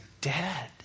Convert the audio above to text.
dead